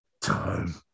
time